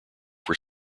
were